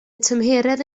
tymheredd